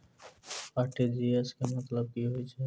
RTGS केँ मतलब की होइ हय?